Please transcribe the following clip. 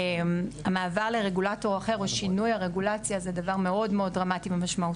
המעבר לרגולטור אחר או שינוי הרגולציה הוא דבר מאוד משמעותי.